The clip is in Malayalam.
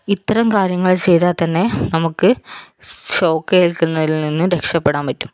ഇത്രയും കാര്യങ്ങൾ ചെയ്താൽ തന്നെ നമുക്ക് ഷോക്ക് ഏൽക്കുന്നതിൽ നിന്നും രക്ഷപെടാൻ പറ്റും